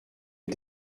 est